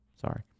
Sorry